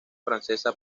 francesa